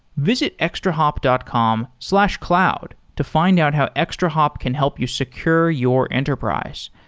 visit extrahop dot com slash cloud to find out how extrahop can help you secure your enterprise.